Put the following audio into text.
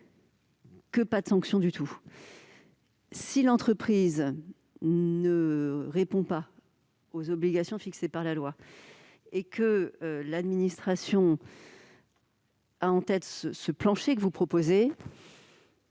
que pas de sanction du tout. Si une entreprise ne répondait pas aux obligations fixées par la loi et que l'administration avait en tête un plancher, tel que